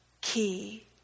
key